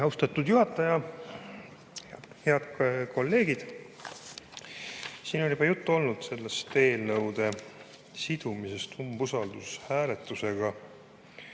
Austatud juhataja! Head kolleegid! Siin on juba juttu olnud sellest eelnõude sidumisest usaldushääletusega.